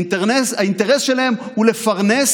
האינטרס שלהם הוא לפרנס